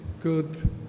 good